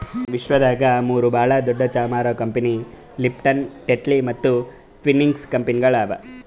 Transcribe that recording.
ವಿಶ್ವದಾಗ್ ಮೂರು ಭಾಳ ದೊಡ್ಡು ಚಹಾ ಮಾರೋ ಕಂಪನಿ ಲಿಪ್ಟನ್, ಟೆಟ್ಲಿ ಮತ್ತ ಟ್ವಿನಿಂಗ್ಸ್ ಕಂಪನಿಗೊಳ್ ಅವಾ